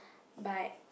by